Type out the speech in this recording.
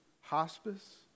hospice